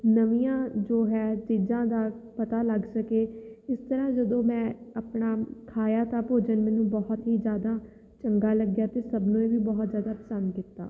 ਨਵੀਆਂ ਜੋ ਹੈ ਚੀਜ਼ਾਂ ਦਾ ਪਤਾ ਲੱਗ ਸਕੇ ਇਸ ਤਰ੍ਹਾਂ ਜਦੋਂ ਮੈਂ ਆਪਣਾ ਖਾਇਆ ਤਾ ਭੋਜਨ ਮੈਨੂੰ ਬਹੁਤ ਹੀ ਜ਼ਿਆਦਾ ਚੰਗਾ ਲੱਗਿਆ ਅਤੇ ਸਭ ਨੇ ਵੀ ਬਹੁਤ ਜ਼ਿਆਦਾ ਪਸੰਦ ਕੀਤਾ